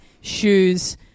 shoes